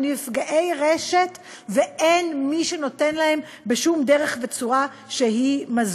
נפגעי רשת ואין מי שנותן להם מזור בשום דרך וצורה שהיא?